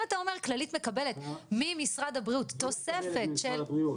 אם אתה אומר כללית מקבלת ממשרד הבריאות תוספת של ממשרד הבריאות,